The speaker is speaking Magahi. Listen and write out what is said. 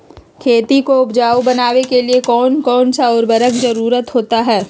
खेती को उपजाऊ बनाने के लिए कौन कौन सा उर्वरक जरुरत होता हैं?